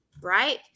right